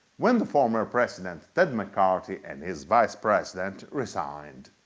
when the former president ted mccarty and his vice-president resigned.